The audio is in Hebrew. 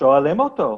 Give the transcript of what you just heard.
שואלים אותו.